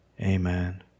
Amen